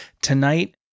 tonight